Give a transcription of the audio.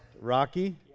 Rocky